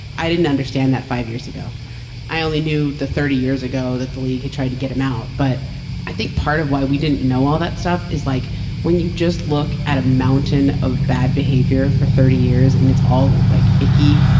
i didn't understand that five years ago i only knew the thirty years ago that the league had tried to get him out. but i think part of why we didn't know all that stuff is like when you just look at a mountain of bad behavior for thirty years and it's all like icky.